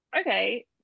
Okay